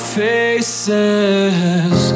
faces